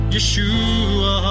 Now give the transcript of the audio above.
Yeshua